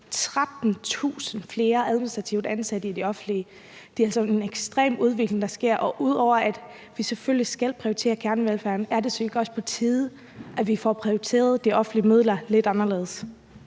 13.000 flere administrativt ansatte i det offentlige. Det er altså en ekstrem udvikling, der sker, og ud over at vi selvfølgelig skal prioritere kernevelfærden, er det så ikke også på tide, at vi får prioriteret de offentlige midler lidt anderledes?